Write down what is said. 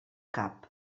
cap